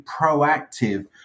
proactive